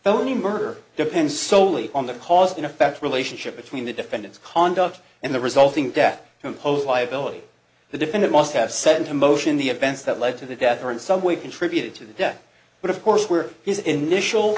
the only murder depends solely on the cause and effect relationship between the defendant's conduct and the resulting death imposed liability the defendant must have set into motion the events that led to the death or in some way contributed to the death but of course where his initial